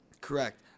correct